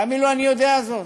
תאמינו, אני יודע זאת,